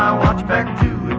back to